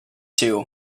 two